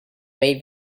may